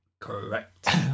Correct